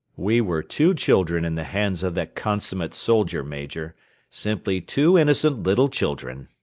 we were two children in the hands of that consummate soldier, major simply two innocent little children.